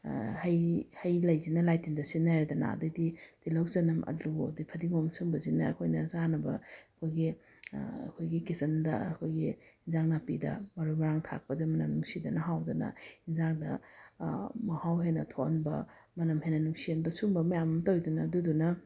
ꯍꯩ ꯍꯩ ꯂꯩꯁꯤꯅ ꯂꯥꯏ ꯇꯤꯟꯗ ꯁꯤꯖꯤꯟꯅꯔꯦꯗꯅ ꯑꯗꯩꯗꯤ ꯇꯤꯜꯍꯧ ꯆꯅꯝ ꯑꯂꯨ ꯑꯗꯩ ꯐꯗꯤꯒꯣꯝ ꯁꯨꯝꯕꯁꯤꯅ ꯑꯩꯈꯣꯏꯅ ꯆꯥꯅꯕ ꯑꯩꯈꯣꯏꯒꯤ ꯑꯩꯈꯣꯏꯒꯤ ꯀꯤꯠꯆꯟꯗ ꯑꯩꯈꯣꯏꯒꯤ ꯏꯟꯁꯥꯡ ꯅꯥꯄꯤꯗ ꯃꯔꯨ ꯃꯔꯥꯡ ꯊꯥꯛꯄꯗ ꯃꯅꯝ ꯅꯨꯡꯁꯤꯗꯅ ꯍꯥꯎꯗꯅ ꯏꯟꯁꯥꯡꯗ ꯃꯍꯥꯎ ꯍꯦꯟꯅ ꯊꯣꯛꯍꯟꯕ ꯃꯅꯝ ꯍꯦꯟꯅ ꯅꯨꯡꯁꯤꯍꯟꯕ ꯁꯨꯝꯕ ꯃꯌꯥꯝ ꯑꯃ ꯇꯧꯋꯤꯗꯅ ꯑꯗꯨꯗꯨꯅ